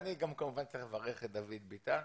כמובן צריך לברך את דוד ביטן